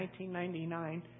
1999